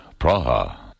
Praha